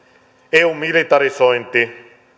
eun militarisointi